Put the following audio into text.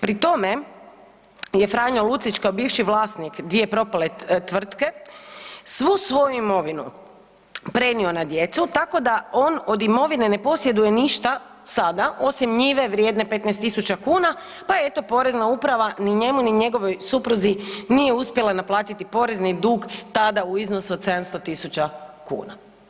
Pri tome je Franjo Lucić kao bivši vlasnik dvije propale tvrtke, svu svoju imovinu prenio na djecu tako da on od imovine ne posjeduje ništa sada osim njive vrijedne 15 000 kuna pa eto Porezna uprava ni njemu ni njegovoj supruzi nije uspjela naplatiti porezni dug tada u iznosu od 700 000 kuna.